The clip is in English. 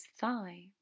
thigh